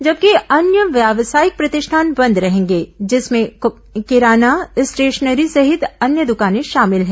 जबकि अन्य व्यवसायिक प्रतिष्ठान बंद रहेंगे जिसमें किराना स्टेशनरी सहित अन्य दुकानें शामिल हैं